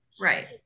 Right